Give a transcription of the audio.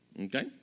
Okay